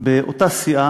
באותה סיעה,